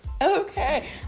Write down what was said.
okay